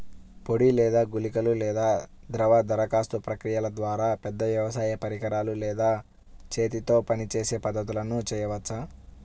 పొడి లేదా గుళికల లేదా ద్రవ దరఖాస్తు ప్రక్రియల ద్వారా, పెద్ద వ్యవసాయ పరికరాలు లేదా చేతితో పనిచేసే పద్ధతులను చేయవచ్చా?